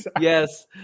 Yes